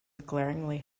glaringly